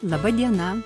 laba diena